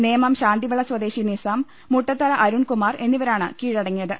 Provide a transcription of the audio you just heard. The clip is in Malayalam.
നേമം ശാന്തിവിള സ്വദേ ശി നിസ്സാം മുട്ടത്തറ അരുൺകുമാർ എന്നിവരാണ് കീഴടങ്ങിയത്